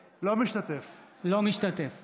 אינו נוכח משה גפני, אינו נוכח סימון דוידסון,